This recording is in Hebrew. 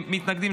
מתנגדים,